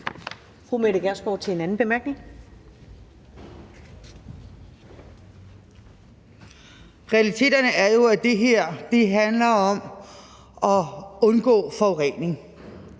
Realiteterne er jo, at det her handler om at undgå forurening.